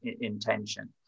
intention